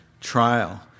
trial